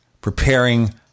preparing